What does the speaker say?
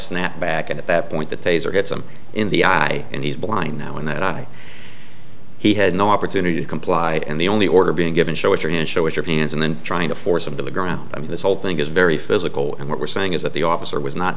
snapped back at that point the taser gets him in the eye and he's blind now and that i he had no opportunity to comply and the only order being given show was your hands show with your hands and then trying to force him to the ground i mean this whole thing is very physical and what we're saying is that the officer was not